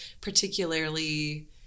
particularly